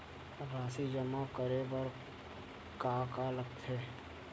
राशि जमा करे बर का का लगथे?